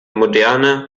moderne